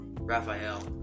Raphael